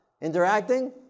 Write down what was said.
interacting